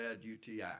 UTI